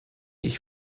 ich